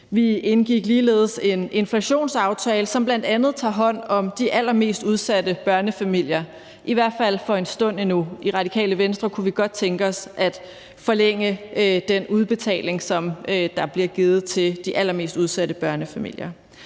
Vi indgik ligeledes en inflationsaftale, som bl.a. tager hånd om de allermest udsatte børnefamilier, i hvert fald for en stund endnu. I Radikale Venstre kunne vi godt tænke os at forlænge den udbetaling, som bliver givet til de allermest udsatte børnefamilier.